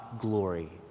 glory